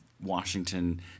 Washington